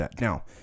Now